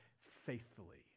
faithfully